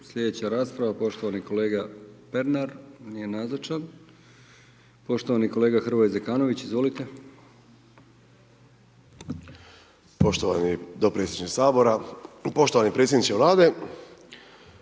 Sljedeća rasprava poštovani kolega Pernar, nije nazočan, poštovani kolega Hrvoje Zekanović, izvolite. **Zekanović, Hrvoje (HRAST)** Poštovani dopredsjedniče